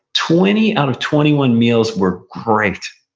twenty out of twenty one meals were great.